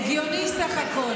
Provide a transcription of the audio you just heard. הגיוני סך הכול.